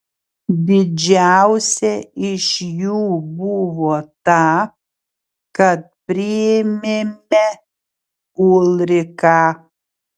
didžiausia iš jų buvo ta kad priėmėme ulriką